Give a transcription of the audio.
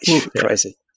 crazy